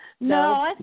No